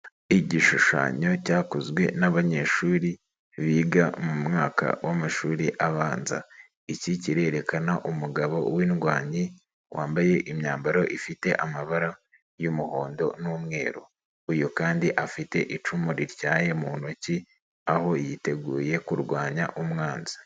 Igishushanyo cyakozwe n'abanyeshuri biga mu mwaka w'amashuri abanza, iki kirerekana umugabo w'indwanyi wambaye imyambaro ifite amabara y'umuhondo n'umweru, uyu kandi afite icumu rityaye mu ntoki aho yiteguye kurwanya umwanzi.